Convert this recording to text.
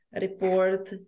report